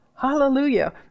hallelujah